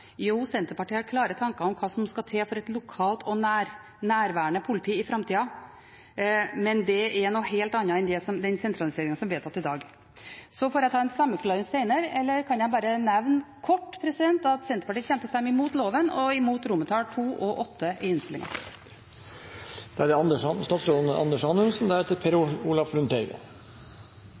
Jo, Senterpartiet har klare tanker om hva som skal til for å ha et lokalt og nærværende politi i framtida, men det er noe helt annet enn den sentraliseringen som vedtas i dag. Så får jeg ta en stemmeforklaring senere – eller jeg kan bare nevne kort at Senterpartiet kommer til å stemme imot loven og imot II og VIII i